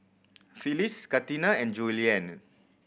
Phyliss Katina and Julianne